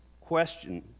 question